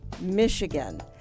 Michigan